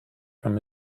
from